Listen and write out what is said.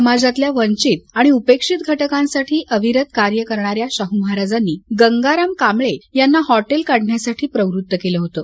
समाजातल्या वंचित आणि उपेक्षित घटकांसाठी अविरत कार्य करणाऱ्या शाहू महाराजांनी गगाराम कांबळे यांना हॉटेल काढण्यासाठी प्रवृत्त केलं होतं